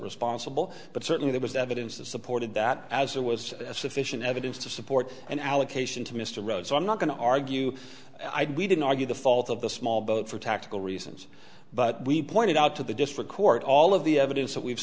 responsible but certainly there was evidence that supported that as there was sufficient evidence to support an allocation to mr rhodes i'm not going to argue i didn't argue the fault of the small boat for tactical reasons but we pointed out to the district court all of the evidence that we've